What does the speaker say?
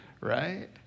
right